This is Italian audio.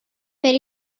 per